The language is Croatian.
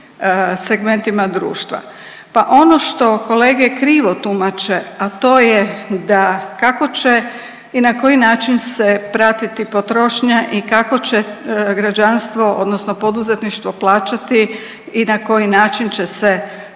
segmentima društva pa ono što kolege krivo tumače, a to je da kako će i na koji način se pratiti potrošnja i kako će građanstvo odnosno poduzetništvo plaćati i na koji način će se